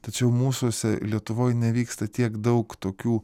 tačiau mūsuose lietuvoj nevyksta tiek daug tokių